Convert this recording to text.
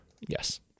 Yes